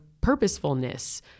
purposefulness